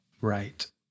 Right